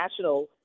National